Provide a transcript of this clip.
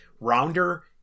Rounder